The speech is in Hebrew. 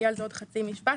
עוד חצי משפט,